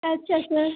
ਅੱਛਾ ਸਰ